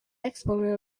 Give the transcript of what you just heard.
exponent